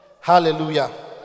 Hallelujah